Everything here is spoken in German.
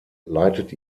leitet